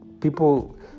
People